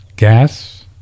Gas